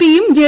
P യും J